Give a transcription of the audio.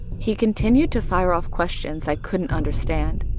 he continued to fire off questions i couldn't understand.